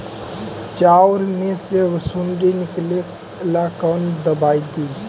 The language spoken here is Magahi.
चाउर में से सुंडी निकले ला कौन दवाई दी?